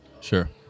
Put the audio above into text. Sure